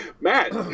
Matt